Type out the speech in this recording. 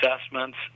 assessments